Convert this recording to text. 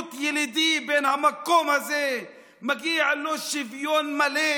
מיעוט ילידי בן המקום הזה ומגיע לו שוויון מלא.